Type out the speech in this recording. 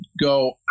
go